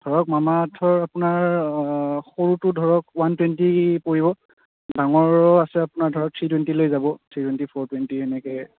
ধৰক মামা আৰ্থৰ আপোনাৰ সৰুটো ধৰক ওৱান টুৱেনটি পৰিব ডাঙৰো আছে আপোনাৰ ধৰক থ্ৰী টুৱেনটিলে যাব থ্ৰী টুৱেনটি ফ'ৰ টুৱেনটি এনেকে